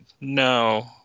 no